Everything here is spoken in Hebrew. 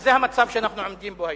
וזה המצב שאנחנו עומדים בו היום?